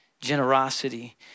generosity